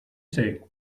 say